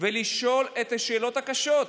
ולשאול את השאלות הקשות,